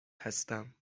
هستم